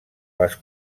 les